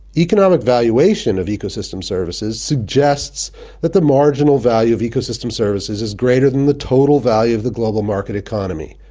economic valuation of ecosystem services suggests that the marginal value of ecosystem services is greater than the total value of the global market economy.